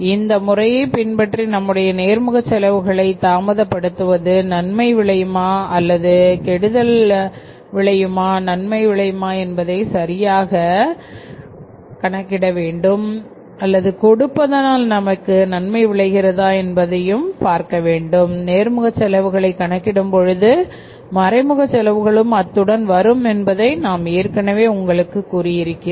இந்த முறையை பின்பற்றி நம்முடைய நேர்முக செலவுகளை தாமதப்படுத்துவது நன்மை விளையுமா அல்லது கொடுப்பதால் நன்மை விளையுமா என்பதை சரியாக கணக்கிட வேண்டும் நேர்முக செலவுகளை கணக்கிடும் பொழுது மறைமுக செலவுகளும் அத்துடன் வரும் என்பதை நான் ஏற்கனவே உங்களுக்கு கூறியிருக்கிறேன்